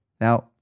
Now